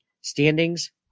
standings